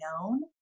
known